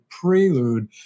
prelude